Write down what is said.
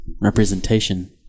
Representation